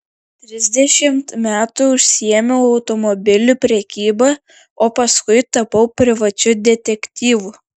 trisdešimt metų užsiėmiau automobilių prekyba o paskui tapau privačiu detektyvu